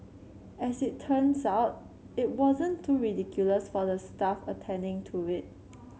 as it turns out it wasn't too ridiculous for the staff attending to it